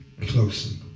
closely